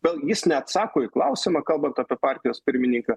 vėl jis neatsako į klausimą kalbant apie partijos pirmininką